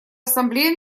ассамблея